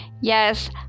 Yes